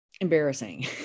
embarrassing